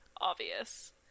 obvious